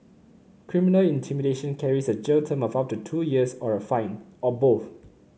criminal intimidation carries a jail term of up to two years or a fine or both